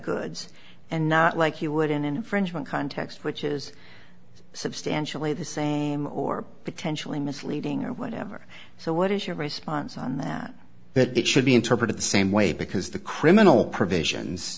goods and not like you would in an infringement context which is substantially the same or potentially misleading or whatever so what is your response on that that it should be interpreted the same way because the criminal provisions